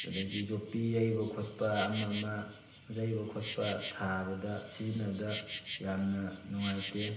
ꯑꯗꯒꯤ ꯌꯣꯠꯄꯤ ꯌꯩꯕ ꯈꯣꯠꯄ ꯑꯃ ꯑꯃ ꯌꯩꯕ ꯈꯣꯠꯄ ꯊꯥꯕꯗ ꯁꯤꯖꯤꯟꯅꯕꯗ ꯌꯥꯝꯅ ꯅꯨꯡꯉꯥꯏꯇꯦ